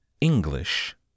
English